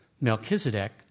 Melchizedek